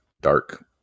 dark